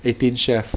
Eighteen Chefs